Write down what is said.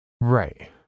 Right